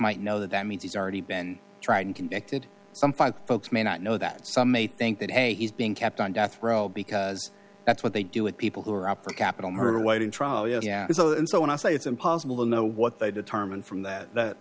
might know that that means he's already been tried and convicted some five folks may not know that some may think that hey he's being kept on death row because that's what they do with people who are up for capital murder waiting trial yeah and so when i say it's impossible to know what they determine from that that